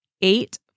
Eight